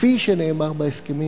כפי שנאמר בהסכמים,